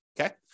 Okay